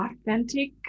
authentic